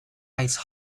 ice